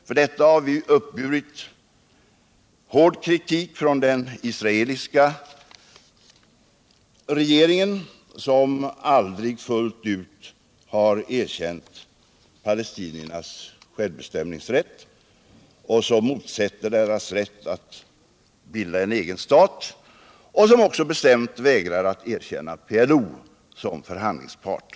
För detta har vi uppburit hård kritik från den israeliska regeringen, som aldrig fullt ut har erkänt palestiniernas självbestämmanderätt, som motsätter sig deras rätt att bilda egen stat och som också bestämt vägrar att erkänna PLO som förhandlingspart.